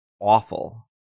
awful